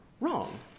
wrong